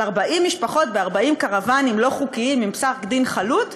אבל 40 משפחות ב-40 קרוונים לא חוקיים עם פסק-דין חלוט,